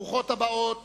ברוכות הבאות